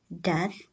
death